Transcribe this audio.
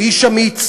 הוא איש אמיץ,